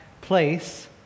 place